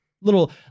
little